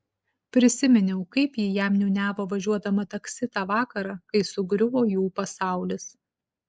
prisiminiau kaip ji jam niūniavo važiuodama taksi tą vakarą kai sugriuvo jų pasaulis